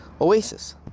Oasis